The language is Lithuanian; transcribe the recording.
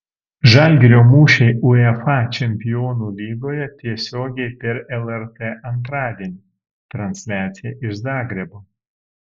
žalgirio mūšiai uefa čempionų lygoje tiesiogiai per lrt antradienį transliacija iš zagrebo